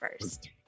first